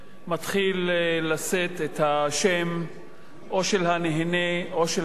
מתחיל לשאת את השם או של הנהנה או של